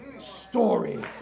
story